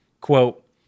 quote